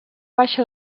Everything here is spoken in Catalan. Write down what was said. baixa